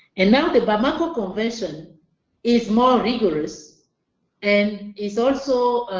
and now the bamako convention is more rigorous and is also